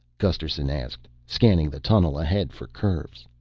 gusterson asked, scanning the tunnel ahead for curves.